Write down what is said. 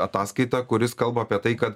ataskaita kuris kalba apie tai kad